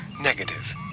Negative